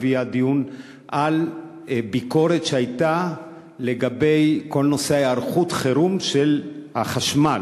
העלתה לדיון ביקורת שהייתה לגבי כל נושא היערכות החירום של החשמל.